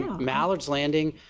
mallards landing,